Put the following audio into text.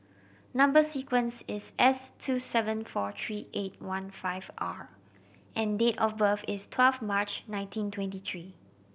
number sequence is S two seven four three eight one five R and date of birth is twelve March nineteen twenty three